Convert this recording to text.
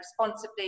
responsibly